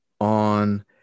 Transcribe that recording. on